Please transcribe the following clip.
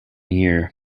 year